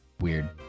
weird